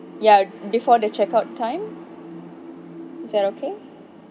ya before the checkout time is that okay